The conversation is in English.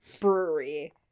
brewery